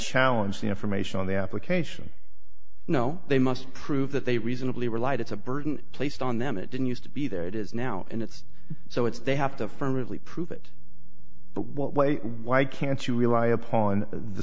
challenge the information on the application no they must prove that they reasonably relied it's a burden placed on them it didn't used to be there it is now and it's so it's they have to firm really prove it but what way why can't you rely upon the